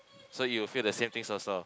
so you will feel the same things also